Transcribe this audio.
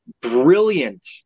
Brilliant